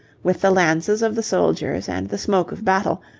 with the lances of the soldiers and the smoke of battle,